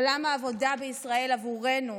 עולם העבודה בישראל עבורנו,